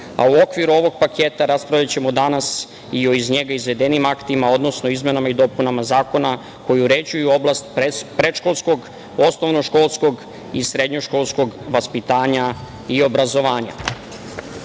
a u okviru ovog paketa raspravljaćemo danas i o iz njega izvedenim aktima, odnosno izmenama i dopunama zakona koji uređuju oblast predškolskog, osnovnoškoslkog i srednjoškolskog vaspitanja i obrazovanja. Zato